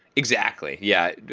exactly. yeah.